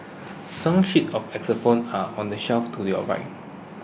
song sheets of xylophones are on the shelf to your right